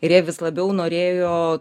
ir jie vis labiau norėjo